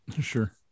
Sure